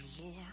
Lord